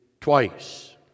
twice